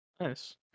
Nice